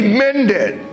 mended